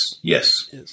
Yes